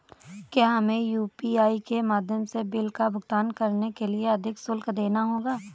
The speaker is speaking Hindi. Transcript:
क्या हमें यू.पी.आई के माध्यम से बिल का भुगतान करने के लिए अधिक शुल्क देना होगा?